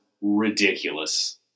ridiculous